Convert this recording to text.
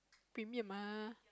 premium ah